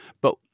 But-